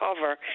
cover